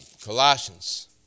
Colossians